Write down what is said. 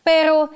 Pero